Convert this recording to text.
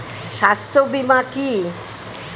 স্বাস্থ্য বীমা কি?